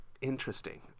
interesting